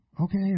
Okay